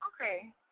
Okay